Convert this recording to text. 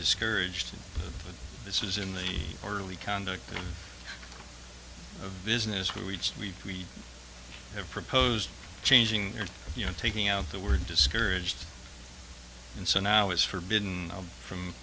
discouraged but this is in the early conduct of business where we just we have proposed changing or you know taking out the word discouraged and so now is forbidden from